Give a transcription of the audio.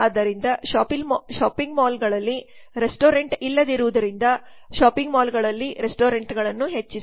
ಆದ್ದರಿಂದ ಶಾಪಿಂಗ್ ಮಾಲ್ಗಳಲ್ಲಿ ರೆಸ್ಟೋರೆಂಟ್ ಇಲ್ಲದಿರುವುದರಿಂದ ಶಾಪಿಂಗ್ ಮಾಲ್ಗಳಲ್ಲಿ ರೆಸ್ಟೋರೆಂಟ್ಗಳನ್ನು ಹೆಚ್ಚಿಸಿ